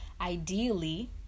Ideally